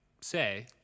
say